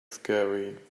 scary